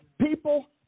People